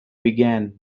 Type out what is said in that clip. began